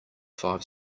five